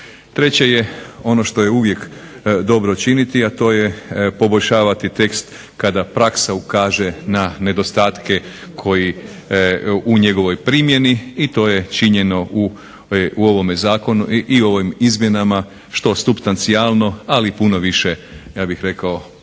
Treće je ono što je uvijek dobro činiti, a to je poboljšavati tekst kada praksa ukaže na nedostatke koji u njegovoj primjeni, i to je činjeno u ovome zakonu i ovim izmjenama što supstancijalno, ali i puno više ja bih rekao